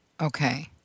Okay